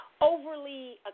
overly